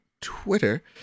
Twitter